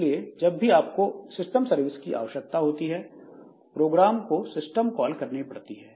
इसलिए जब भी आपको सिस्टम सर्विस की आवश्यकता होती है प्रोग्राम को सिस्टम कॉल करनी पड़ती है